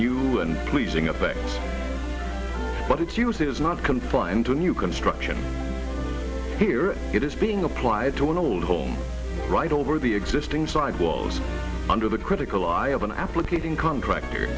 new and pleasing effect but its use is not confined to new construction here it is being applied to an old home right over the existing side walls under the critical eye of an application contractor